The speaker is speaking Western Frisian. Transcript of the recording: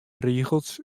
rigels